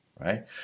right